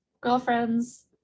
girlfriends